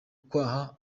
kwaha